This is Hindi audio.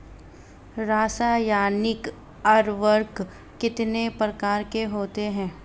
रासायनिक उर्वरक कितने प्रकार के होते हैं?